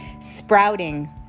sprouting